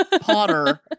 Potter